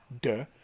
Duh